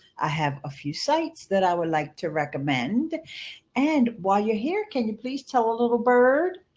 i have a few sites that i would like to recommend and while you're here can you please tell a little bird